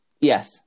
Yes